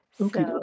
Okay